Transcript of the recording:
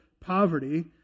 poverty